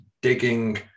digging